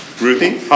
Ruthie